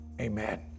Amen